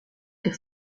que